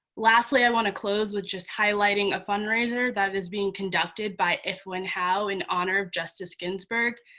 lastly, i want to close with just highlighting a fundraiser that is being conducted by if when how in honor of justice ginsburg.